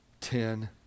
Ten